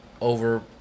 over